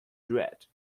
dread